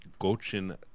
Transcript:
Gochin